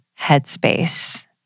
Headspace